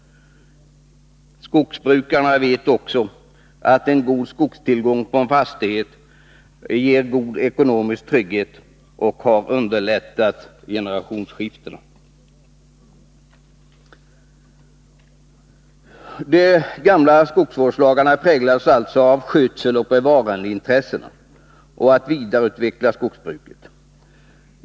Skogsbrukarna vet också att en god skogstillgång på en fastighet ger ekonomisk trygghet och underlättar generationsskiftena. De gamla skogsvårdslagarna präglades av skötseloch bevarandeintressena och av en strävan att vidareutveckla skogsbruket.